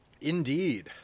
Indeed